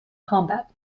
combat